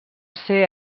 ser